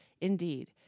Indeed